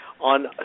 on